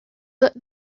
that